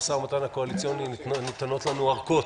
בחסות המשא ומתן הקואליציוני, ניתנות לנו ארכות